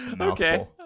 Okay